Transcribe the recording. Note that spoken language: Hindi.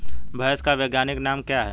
भैंस का वैज्ञानिक नाम क्या है?